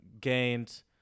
gained